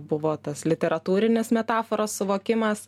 buvo tas literatūrinis metaforos suvokimas